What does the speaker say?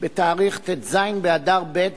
בט"ז באדר ב'